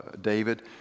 David